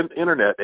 Internet